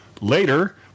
Later